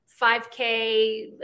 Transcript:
5k